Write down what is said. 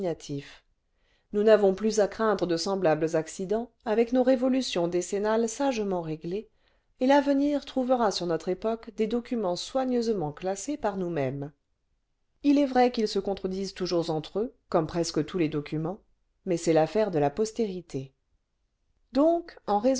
nous n'avons plus à craindre de semblables accidents avec nos révolutions décennales sagement réglées et l'avenir trouvera sur notre époque des documents soigneusement classés par nous-mêmes il est vrai qu'ils se contredisent toujours entre eux comme presque tous les documents mais c'est l'affaire de la postérité donc